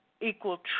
equal